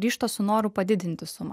grįžta su noru padidinti sumą